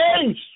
change